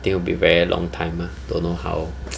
it will be very long time ah don't know how